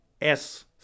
S-